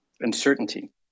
uncertainty